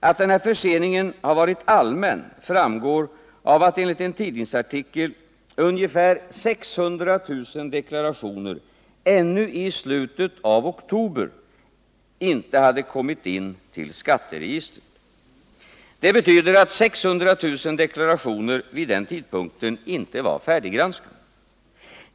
Att den här förseningen har varit allmän framgår av, enligt en tidningsartikel, att ungefär 600 000 deklarationer ännu i slutet av oktober inte hade kommit in till skatteregistret. Det betyder att 600 000 deklarationer vid den tidpunkten inte var färdiggranskade.